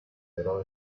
però